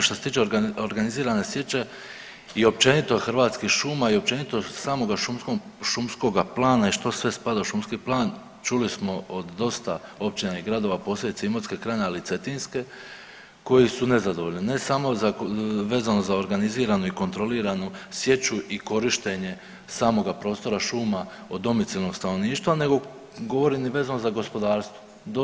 Što se tiče organizirane sječe i općenito Hrvatskih šuma i općenito samoga šumskoga plana i što sve spada u šumski plan čuli smo od dosta općina i gradova posebice Imotske krajine ali i Cetinske koji su nezadovoljni, ne samo vezano za organiziranu i kontroliranu sječu i korištenje samoga prostora šuma od domicilnog stanovništva, nego govorim vezano za gospodarstvo.